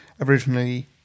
Originally